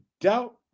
doubt